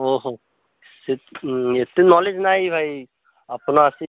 ଓହୋ ଏତେ ନଲେଜ ନାହିଁ ଭାଇ ଆପଣ ଆସି